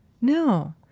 No